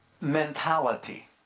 mentality